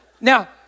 Now